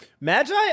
Magi